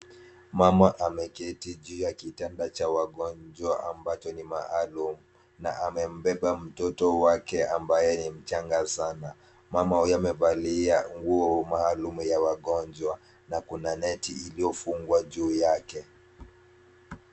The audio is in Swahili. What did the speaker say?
Mama ameketi juu ya kitanda cha wangonjwa ambacho ni maalum na amembeba mtoto wake ambaye ni mchanga sana. Mama huyu amevalia nguo maalum ya wagonjwa na kuna neti iliyofungwa juu yake.